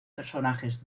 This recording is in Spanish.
personajes